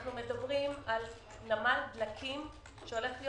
אנו מדברים על נמל דלקים שהולך להיות